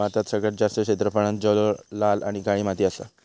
भारतात सगळ्यात जास्त क्षेत्रफळांत जलोळ, लाल आणि काळी माती असा